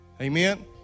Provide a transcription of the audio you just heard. Amen